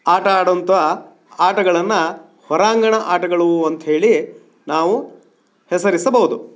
ಆಟಾಡುವಂಥ ಆಟಗಳನ್ನು ಹೊರಾಂಗಣ ಆಟಗಳು ಅಂತ ಹೇಳಿ ನಾವು ಹೆಸರಿಸಬೌದು